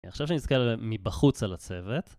עכשיו שנזכר מבחוץ על הצוות